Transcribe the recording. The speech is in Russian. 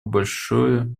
большое